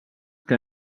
que